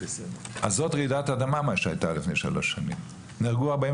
אז מה שהיה לפני שלוש שנים זאת רעידת אדמה.